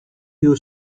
you